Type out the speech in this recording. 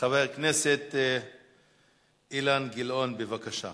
חבר הכנסת אילן גילאון, בבקשה.